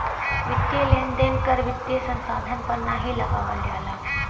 वित्तीय लेन देन कर वित्तीय संस्थान पर नाहीं लगावल जाला